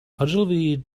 ogilvy